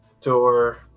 door